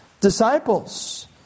disciples